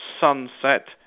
sunset